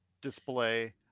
display